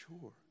sure